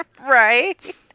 Right